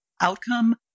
outcome